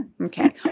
Okay